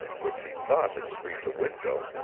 which he thought had screened a window,